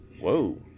Whoa